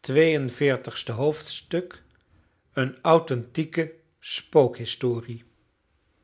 twee en veertigste hoofdstuk eene authentieke spookhistorie